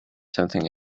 something